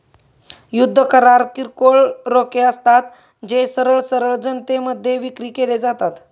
युद्ध करार किरकोळ रोखे असतात, जे सरळ सरळ जनतेमध्ये विक्री केले जातात